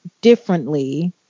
differently